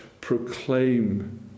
proclaim